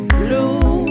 blue